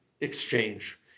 exchange